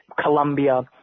Colombia